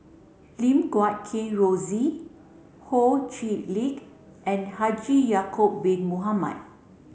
Lim Guat Kheng Rosie Ho Chee Lick and Haji Ya'acob bin Mohamed